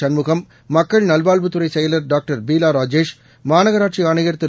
சண்முகம் மக்கள் நல்வாழ்வுத்துறை செயலா டாக்டர் பீலா ராஜேஷ் மாநகராட்சி ஆணையர் திரு